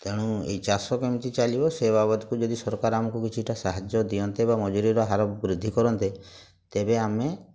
ତେଣୁ ଏଇ ଚାଷ କେମିତି ଚାଲିବ ସେ ବାବଦକୁ ଯଦି ସରକାର ଆମକୁ କିଛିଟା ସାହାଯ୍ୟ ଦିଅନ୍ତେ ବା ମଜୁରୀର ହାର ବୃଦ୍ଧି କରନ୍ତେ ତେବେ ଆମେ